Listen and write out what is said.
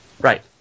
right